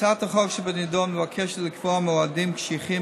הצעת החוק שבנדון מבקשת לקבוע מועדים קשיחים